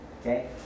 okay